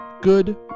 good